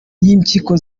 y’impyiko